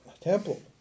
temple